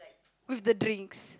with the drinks